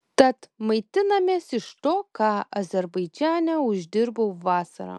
tad maitinamės iš to ką azerbaidžane uždirbau vasarą